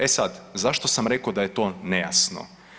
E sad, zašto sam rekao da je to nejasno.